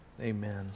Amen